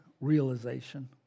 realization